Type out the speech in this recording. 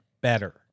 better